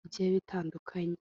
bigiye bitandukanye.